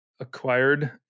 Acquired